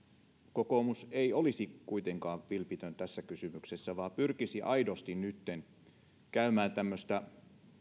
kokoomus ei kuitenkaan olisikaan vilpitön tässä kysymyksessä vaan pyrkisi nytten aidosti käymään tämmöistä